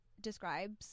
describes